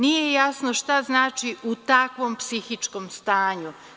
Nije jasno šta znači: „u takvom psihičkom stanju“